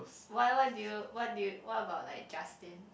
why why do you why do you what about like Justine